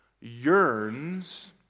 yearns